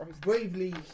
bravely